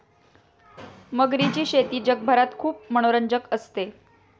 मगरीची शेती जगभरात खूप मनोरंजक असते